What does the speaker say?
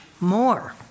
more